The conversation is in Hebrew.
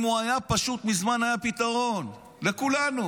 אם הוא היה פשוט, מזמן היה פתרון, לכולנו.